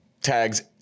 tags